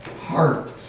heart